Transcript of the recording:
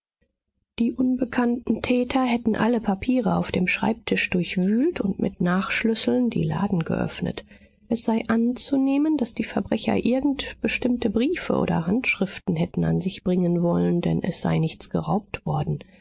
die unbekannten täter hätten alle papiere auf dem schreibtisch durchwühlt und mit nachschlüsseln die laden geöffnet es sei anzunehmen daß die verbrecher irgend bestimmte briefe oder handschriften hätten an sich bringen wollen denn es sei nichts geraubt worden